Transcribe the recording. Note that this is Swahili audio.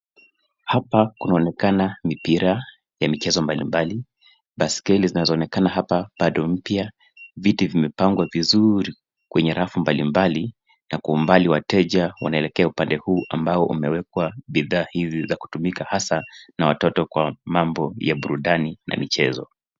Hapa kunaonekana mipira ya michezo mbalimbali. Baiskeli zinazo onekana hapa bado mpya, viti vimepangwa vizuri kwenye rafu mbalimbali, na kwa umbali wateja wanaelekea upande huu ambao umewekwa bidhaa hizi za kutumika hasa na watoto kwa mambo ya burudani na michezo.